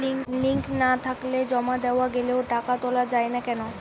Link না থাকলে জমা দেওয়া গেলেও টাকা তোলা য়ায় না কেন?